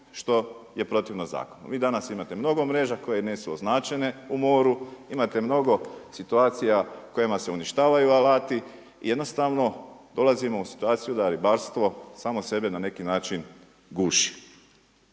što je protivno zakonu. Vi danas imate mnogo mreža koje nisu označene u moru, imat mnogo situacija kojima se uništavaju alati i dolazimo u situaciju da ribarstvo samo sebe na neki način guši.